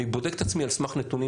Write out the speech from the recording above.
אני בודק את עצמי על סמך נתונים,